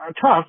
tough